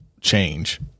change